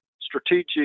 strategic